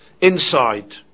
inside